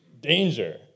danger